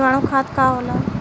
जीवाणु खाद का होला?